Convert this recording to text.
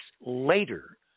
later